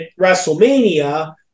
WrestleMania